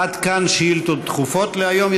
עד כאן שאילתות דחופות להיום.